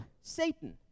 Satan